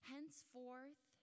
Henceforth